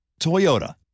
Toyota